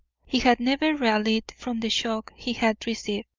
he had never rallied from the shock he had received.